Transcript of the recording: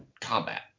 combat